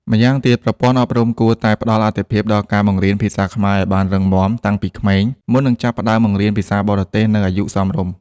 ម្យ៉ាងទៀត ប្រព័ន្ធអប់រំគួរតែផ្តល់អាទិភាពដល់ការបង្រៀនភាសាខ្មែរឱ្យបានរឹងមាំតាំងពីក្មេង មុននឹងចាប់ផ្តើមបង្រៀនភាសាបរទេសនៅអាយុសមរម្យ។